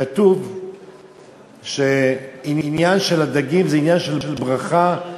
כתוב שעניין של הדגים זה עניין של ברכה,